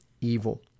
evil